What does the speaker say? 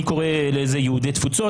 אני קורא להם יהודי תפוצות,